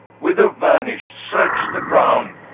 whither vanished? search the ground!